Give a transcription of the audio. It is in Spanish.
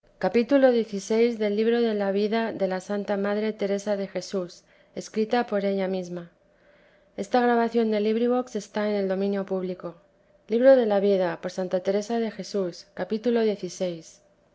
teresa de jesús tomo i vida de ía santa madre teresa de jesús escrita por ella misma